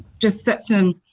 just sets him